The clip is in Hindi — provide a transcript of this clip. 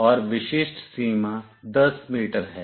और विशिष्ट सीमा 10 मीटर है